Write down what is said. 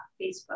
Facebook